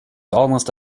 almost